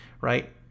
right